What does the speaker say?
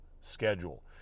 schedule